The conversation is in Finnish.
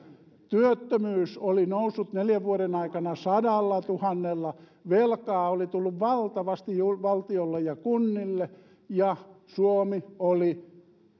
työttömyys oli noussut neljän vuoden aikana sadallatuhannella velkaa oli tullut valtavasti valtiolle ja kunnille ja suomi oli